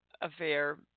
affair